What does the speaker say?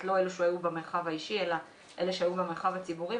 לא אלה שהיו במרחב האישי אלא אלה שהיו במרחב הציבורי.